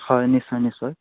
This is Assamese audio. হয় নিশ্চয় নিশ্চয়